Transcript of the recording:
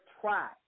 try